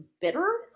bitter